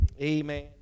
amen